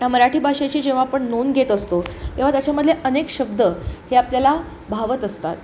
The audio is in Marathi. या मराठी भाषेची जेव्हा आपण नोंद घेत असतो तेव्हा त्याच्यामधले अनेक शब्द हे आपल्याला भावत असतात